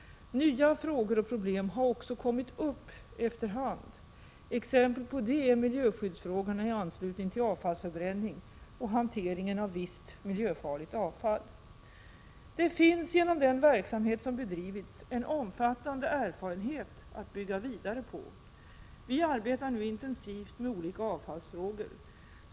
Nya frågor och problem har också kommit upp efter hand. Exempel på det är miljöskyddsfrågorna i anslutning till avfallsförbränning och hanteringen av visst miljöfarligt avfall. Det finns genom den verksamhet som bedrivits en omfattande erfarenhet att bygga vidare på. Vi arbetar nu intensivt med olika avfallsfrågor.